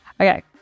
Okay